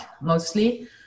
mostly